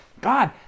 God